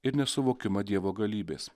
ir nesuvokiama dievo galybės